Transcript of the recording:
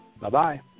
Bye-bye